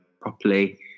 properly